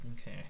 Okay